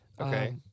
Okay